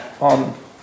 on